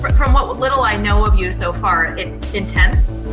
but from what what little i know of you so far, it's intense,